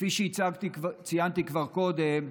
כפי שציינתי כבר קודם,